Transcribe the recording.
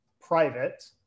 private